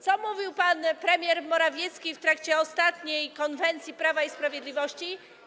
Co mówił pan premier Morawiecki w trakcie ostatniej konwencji Prawa i Sprawiedliwości?